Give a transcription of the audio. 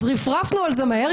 אז רפרפנו על זה מהר,